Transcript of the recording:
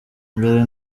mbere